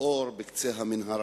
וזה מאוד חיוני.